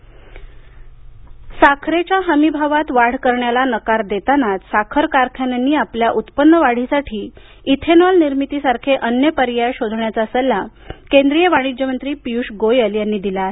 साखर साखरेच्या हमी भावात वाढ करण्याला नकार देतानाच साखर कारखान्यांनी आपल्या उत्पन्न वाढीसाठी इथेनॉल निर्मितीसारखे अन्य पर्याय शोधण्याचा सल्ला केंद्रीय वाणिज्य मंत्री पियुष गोयल यांनी दिला आहे